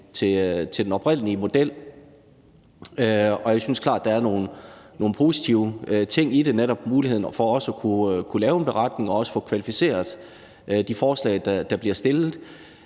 til den oprindelige model, og jeg synes klart, at der er nogle positive ting i det – netop muligheden for at kunne lave en beretning og få kvalificeret de forslag, der bliver stillet.